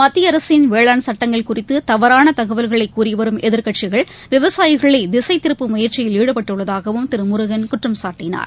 மத்திய அரசின் வேளாண் சட்டங்கள் குறித்து தவறான தகவல்களை கூறிவரும் எதிர்கட்சிகள் விவசாயிகளை திசை திரும்பும் முயற்சியில் ஈடுபட்டுள்ளதாகவும் திரு முருகன் குற்றம்சாட்டினார்